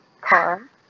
car